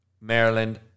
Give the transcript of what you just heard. Maryland